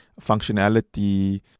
functionality